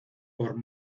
por